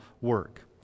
work